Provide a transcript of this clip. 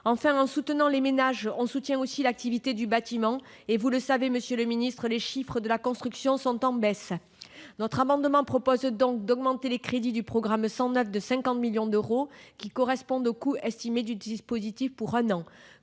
plus, en soutenant les ménages, on soutient aussi l'activité du bâtiment, alors que, comme vous le savez, monsieur le ministre, les chiffres de la construction sont en baisse. C'est pourquoi nous proposons d'augmenter les crédits du programme 109 de 50 millions d'euros, qui correspondent au coût estimé du dispositif pour un an.